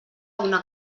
una